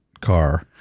car